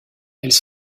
elles